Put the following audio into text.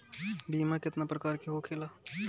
बीमा केतना प्रकार के होखे ला?